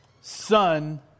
Son